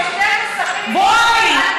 בואי,